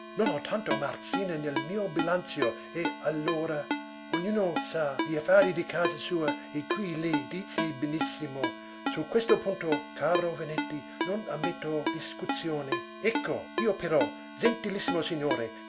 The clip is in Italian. ho tanto marzine nel mio bilanzio e allora ognuno sa gli affari di casa sua e qui lei dize benissimo su questo punto caro vannetti non ammetto discussioni ecco io però zentilissimo signore